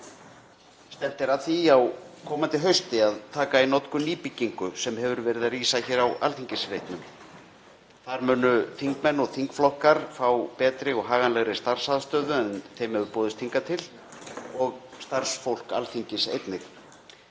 Stefnt er að því á komandi hausti að taka í notkun nýbyggingu sem hefur verið að rísa hér á Alþingisreitnum. Þar munu þingmenn og þingflokkar fá betri og haganlegri starfsaðstöðu en þeim hefur boðist hingað til og starfsfólk Alþingis einnig.